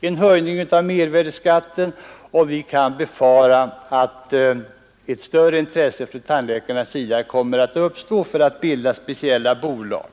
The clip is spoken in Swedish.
en höjning av mervärdeskatten, och vi kan befara att ett större intresse från tandläkarnas sida kommer att uppstå för att bilda speciella bolag.